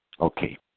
Okay